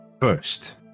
First